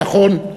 שנכון,